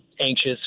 anxious